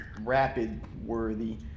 rapid-worthy